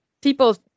people